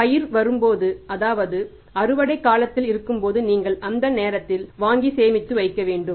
எனவே பயிர் வரும்போது அதாவது அறுவடை காலத்தில் இருக்கும்போது நீங்கள் அந்த நேரத்தில் வாங்கி சேமித்து வைக்க வேண்டும்